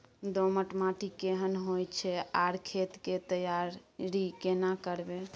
दोमट माटी केहन होय छै आर खेत के तैयारी केना करबै?